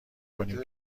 کنیم